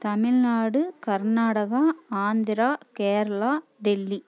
Tamil Nadu Karnataka Andhra Kerala Delhi